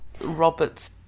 Robert's